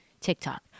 TikTok